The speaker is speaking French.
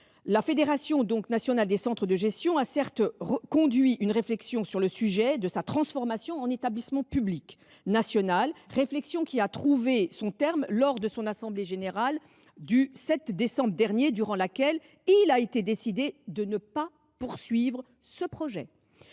de gestion est primordial. La FNCDG a certes conduit une réflexion sur le sujet de sa transformation en établissement public national, réflexion qui a connu sa conclusion lors de son assemblée générale du 7 décembre dernier, durant laquelle il a été décidé de ne pas poursuivre ce projet.